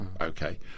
Okay